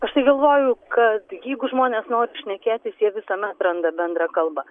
aš tai galvoju kad jeigu žmonės nori šnekėtis jie visuomet randa bendrą kalbą